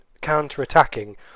counter-attacking